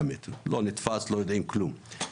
הרוצח לא נתפס ולא יודעים לגביו כלום.